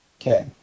Okay